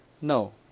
no